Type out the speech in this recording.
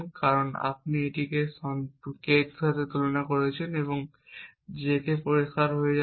কারণ আপনি এটিকে K তুলেছেন এই j থেকে পরিষ্কার হয়ে যাবে